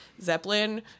Zeppelin